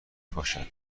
پاشد